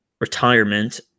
retirement